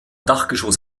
dachgeschoss